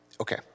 okay